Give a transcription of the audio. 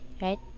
right